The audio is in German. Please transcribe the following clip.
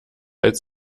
als